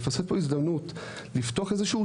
נפספס פה הזדמנות לפתוח איזשהו